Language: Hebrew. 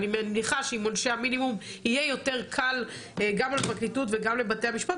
אני מניחה שעם עונשי המינימום יהיה יותר קל גם לפרקליטות וגם לבתי המשפט